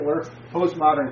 postmodern